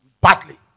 badly